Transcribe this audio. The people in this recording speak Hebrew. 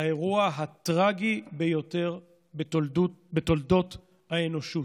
האירוע הטרגי ביותר בתולדות האנושות,